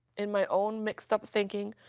in my own mixed up thinking,